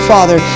Father